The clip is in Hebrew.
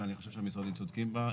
ואני חושב שהמשרדים צודקים בה,